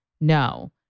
no